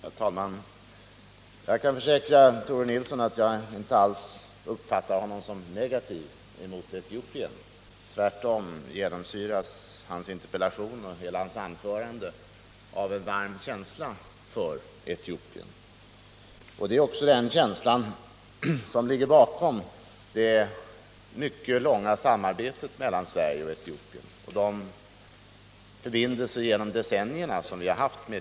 Herr talman! Jag kan försäkra Tore Nilsson att jag inte alls uppfattar honom som negativ mot Etiopien —- tvärtom genomsyras hans interpellation och hela hans anförande av en varm känsla för Etiopien. Det är också den känslan som ligger bakom det mycket långa samarbetet mellan Sverige och Etiopien och de förbindelser som vi haft med Etiopien genom decennierna.